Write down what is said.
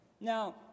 Now